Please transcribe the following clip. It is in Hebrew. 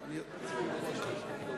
אני יודע.